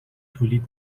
تولید